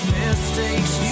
mistakes